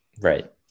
Right